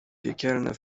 piekielne